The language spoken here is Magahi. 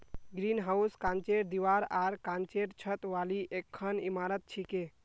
ग्रीनहाउस कांचेर दीवार आर कांचेर छत वाली एकखन इमारत छिके